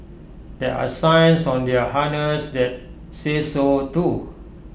there are signs on their harness that say so too